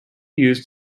used